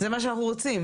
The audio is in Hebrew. זה מה שאנחנו רוצים.